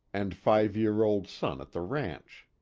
and five-year-old son at the ranch.